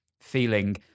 feeling